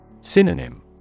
Synonym